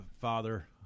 father